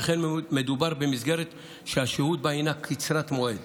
שכן מדובר במסגרת שהשהות בה קצרת מועד.